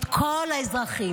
את כל האזרחים.